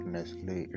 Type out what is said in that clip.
Nestle